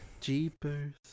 jeepers